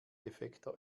defekter